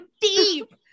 deep